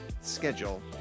schedule